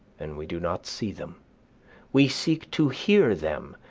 and we do not see them we seek to hear them,